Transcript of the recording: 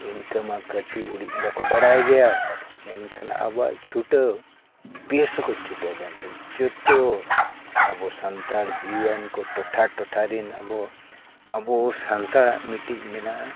ᱤᱱᱠᱟᱹᱢᱟ ᱠᱟᱹᱴᱤᱡ ᱩᱲᱤᱡ ᱫᱚᱠᱚ ᱵᱟᱲᱟᱭ ᱜᱮᱭᱟ ᱢᱮᱱᱠᱷᱟᱱ ᱟᱵᱚᱣᱟᱜ ᱪᱷᱩᱴᱟᱹᱣ ᱵᱮᱥ ᱠᱚ ᱪᱷᱩᱴᱟᱹᱣ ᱞᱮᱱᱠᱷᱟᱱ ᱡᱚᱛᱚ ᱟᱵᱚ ᱥᱟᱱᱛᱟᱲ ᱡᱤᱭᱚᱱ ᱠᱚ ᱴᱚᱴᱷᱟ ᱴᱚᱴᱷᱟ ᱨᱤᱱ ᱟᱵᱚ ᱟᱵᱚ ᱥᱟᱱᱛᱟᱲᱟᱜ ᱢᱤᱫᱴᱤᱡ ᱢᱮᱱᱟᱜᱼᱟ